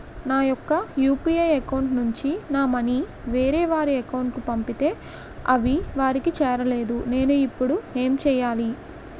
నా యెక్క UPI account నుంచి నా మనీ వేరే వారి అకౌంట్ కు పంపితే అవి వారికి చేరలేదు నేను ఇప్పుడు ఎమ్ చేయాలి?